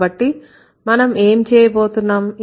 కాబట్టి మనం ఏమి చేయబోతున్నాం